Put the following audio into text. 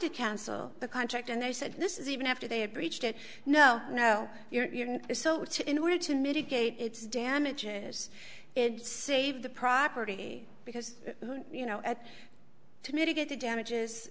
to cancel the contract and they said this is even after they had breached it no no you're not there so to in order to mitigate its damages and save the property because you know at to mitigate the damages